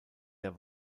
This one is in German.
der